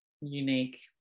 unique